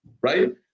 Right